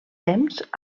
temps